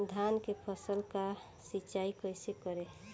धान के फसल का सिंचाई कैसे करे?